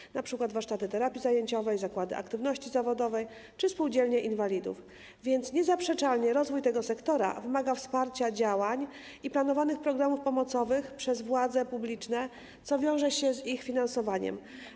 Są to np. warsztaty terapii zajęciowej, zakłady aktywności zawodowej czy spółdzielnie inwalidów, więc niezaprzeczalnie rozwój tego sektora wymaga wsparcia działań i planowanych programów pomocowych przez władze publiczne, co wiąże się z ich finansowaniem.